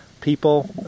people